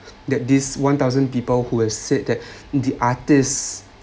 that these one thousand people who has said that the artist